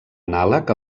anàleg